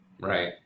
Right